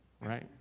right